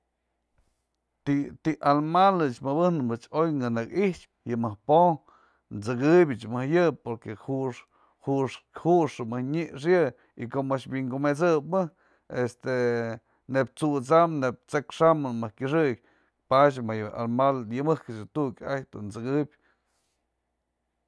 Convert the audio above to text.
Ti'i almal ëch mëbejnëp oy kënëkë i'ixpë yë mëjk po'o t'sëbëj mëjk yë porque jux, jux jux mëjk nyëx yë y ko'o mëjk wynkumesëp yë, este neyp t'susambë, neyb t'sekxämbë mëjk kyëxëk padyë yë mëjk almal, yë mejk tu'ukyë ajtyë dun t'sëkëb.